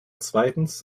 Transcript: zweitens